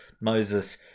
moses